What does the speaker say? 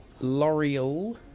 L'Oreal